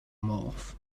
morph